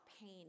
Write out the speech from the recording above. pain